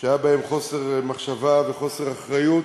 שהיו בהם חוסר מחשבה וחוסר אחריות